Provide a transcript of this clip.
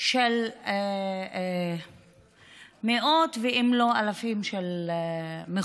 של מאות אם לא אלפים של מכותבות